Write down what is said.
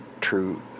true